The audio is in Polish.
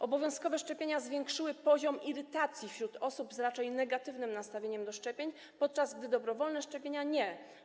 Obowiązkowe szczepienia zwiększyły poziom irytacji wśród osób z raczej negatywnym nastawieniem do szczepień, podczas gdy dobrowolne szczepienia nie.